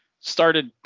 started